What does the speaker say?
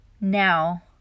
now